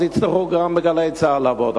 אז גם ב"גלי צה"ל" יצטרכו לעבוד.